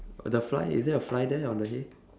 the fly is there a fly there on the hay